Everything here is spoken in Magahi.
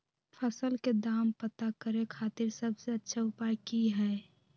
फसल के दाम पता करे खातिर सबसे अच्छा उपाय की हय?